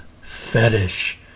fetish